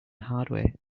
hardware